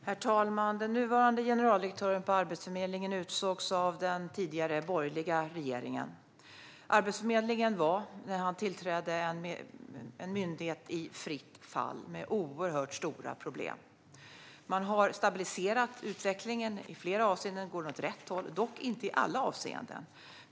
Herr talman! Den nuvarande generaldirektören för Arbetsförmedlingen utsågs av den tidigare borgerliga regeringen. Arbetsförmedlingen var när han tillträdde en myndighet i fritt fall med oerhört stora problem. Man har stabiliserat utvecklingen, och i flera avseenden går den åt rätt håll - dock inte i alla avseenden.